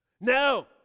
No